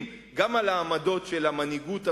גם על העמדות של המנהיגות הבין-לאומית,